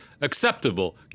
acceptable